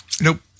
Nope